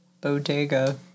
bodega